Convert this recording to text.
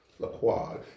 Laquad